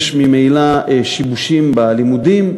יש ממילא שיבושים בלימודים,